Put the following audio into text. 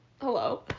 Hello